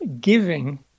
giving